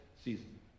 season